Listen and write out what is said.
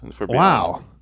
Wow